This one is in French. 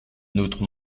nôtre